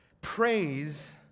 praise